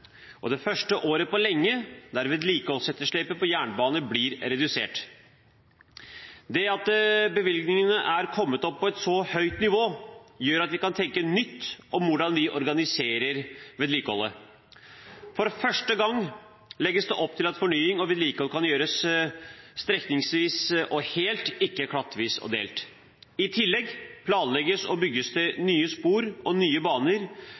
og det første året på lenge der vedlikeholdsetterslepet på jernbane blir redusert. Det at bevilgningene er kommet opp på et så høyt nivå, gjør at vi kan tenke nytt om hvordan vi organiserer vedlikeholdet. For første gang legges det opp til at fornying og vedlikehold kan gjøres strekningsvis og helt – ikke klattvis og delt. I tillegg planlegges og bygges det nye spor og nye baner,